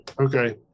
Okay